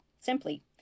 simply